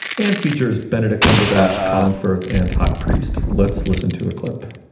and features benedict cumberbatch, colin firth and hoque priest. let's listen to a clip